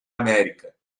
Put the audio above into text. américa